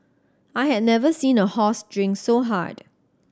I had never seen a horse drink so hard